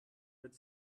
with